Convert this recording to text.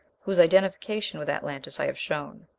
whose identification with atlantis i have shown.